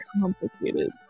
complicated